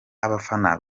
abafana